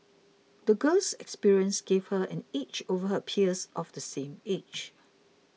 the girl's experiences gave her an edge over her peers of the same age